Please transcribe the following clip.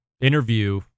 interview